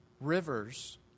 rivers